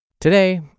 Today